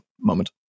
moment